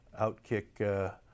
OutKick